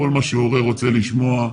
כל מה שהורה רוצה לשמוע.